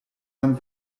man